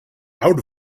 out